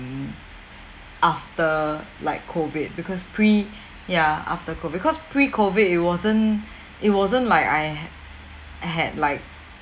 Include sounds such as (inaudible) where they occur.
after like COVID because pre (breath) ya after COVID cause pre-COVID it wasn't (breath) it wasn't like I ha~ had like